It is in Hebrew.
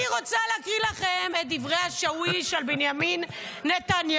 אני רוצה להקריא לכם את דברי השאוויש על בנימין נתניהו.